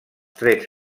trets